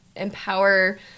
empower